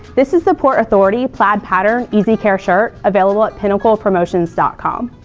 this is the port authority plaid pattern easy care shirt, available at pinnaclepromotions dot com